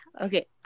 okay